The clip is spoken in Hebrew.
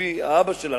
האבא שלנו,